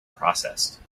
processed